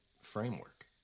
framework